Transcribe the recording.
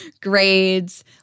grades